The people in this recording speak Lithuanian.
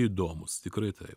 įdomūs tikrai taip